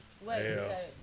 Wait